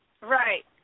Right